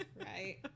Right